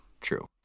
True